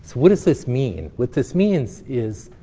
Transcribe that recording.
what does this mean? what this means is,